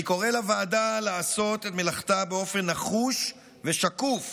אני קורא לוועדה לעשות את מלאכתה באופן נחוש ושקוף